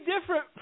different